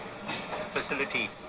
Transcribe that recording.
facility